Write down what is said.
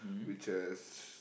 which has